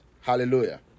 Hallelujah